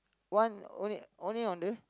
one only only on the